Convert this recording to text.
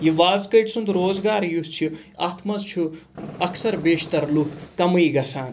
یہِ وازکٲٹۍ سُنٛد روزگار یُس چھِ اَتھ منٛز چھُ اَکثَر بیشتَر لُکھ کَمٕے گَژھان